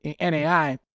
NAI